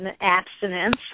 abstinence –